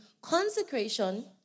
Consecration